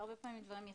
והרבה פעמים ופחות.